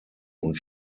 und